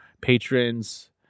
patrons